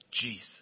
Jesus